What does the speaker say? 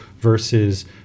versus